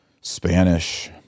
Spanish